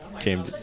came